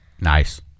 Nice